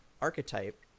archetype